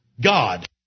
God